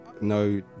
no